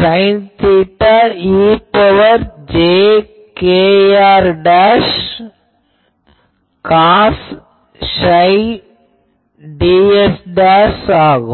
sign theta e ன் power j kr cos psi ds ஆகும்